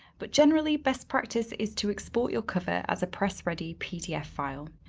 but generally best practice is to export your cover as a press ready pdf file.